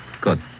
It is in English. Good